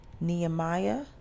Nehemiah